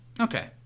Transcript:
Okay